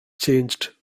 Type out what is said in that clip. changed